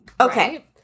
Okay